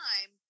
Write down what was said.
time